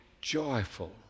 joyful